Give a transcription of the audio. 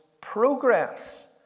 progress